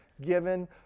given